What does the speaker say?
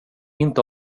inte